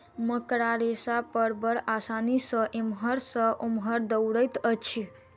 मकड़ा रेशा पर बड़ आसानी सॅ एमहर सॅ ओमहर दौड़ैत अछि